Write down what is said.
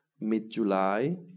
mid-July